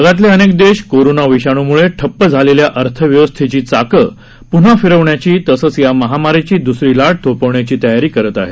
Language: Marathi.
जगातले अनेक देश कोरोना विषाणूमुळे ठप झालेल्या अर्थव्यवस्थेची चाकं न्हां फिरवण्याची तसंच या महामारीची द्सरी लाट थो वण्याची तयारी करत आहेत